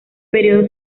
periodo